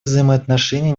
взаимоотношения